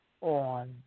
on